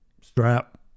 strap